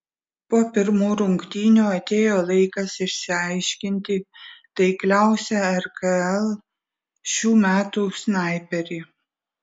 po pirmų rungtynių atėjo laikas išsiaiškinti taikliausią rkl šių metų snaiperį